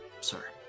sir